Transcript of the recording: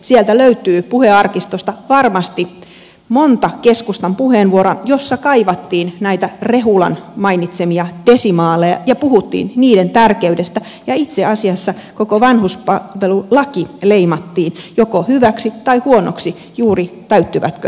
sieltä löytyy puhearkistosta varmasti monta keskustan puheenvuoroa jossa kaivattiin näitä rehulan mainitsemia desimaaleja ja puhuttiin niiden tärkeydestä ja itse asiassa koko vanhuspalvelulaki leimattiin joko hyväksi tai huonoksi juuri riippuen siitä täyttyvätkö desimaalit